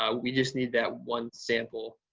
ah we just need that one sample